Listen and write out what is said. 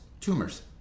tumors